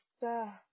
sir